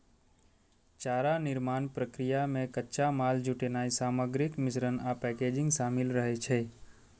चारा निर्माण प्रक्रिया मे कच्चा माल जुटेनाय, सामग्रीक मिश्रण आ पैकेजिंग शामिल रहै छै